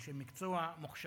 אנשי מקצוע מוכשרים,